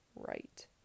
right